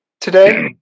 today